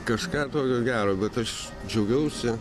kažką tokio gero bet aš džiaugiausi